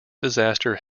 disaster